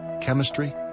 Chemistry